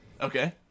Okay